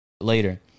later